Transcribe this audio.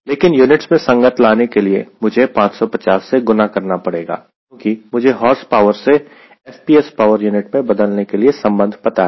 लेकिन यूनिट्स में संगत लाने के लिए मुझे 550 से गुणा करना पड़ेगा क्योंकि मुझे हॉर्स पावर से FPS पावर यूनिट में बदलने के लिए संबंध पता है